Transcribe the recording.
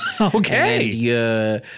okay